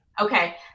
Okay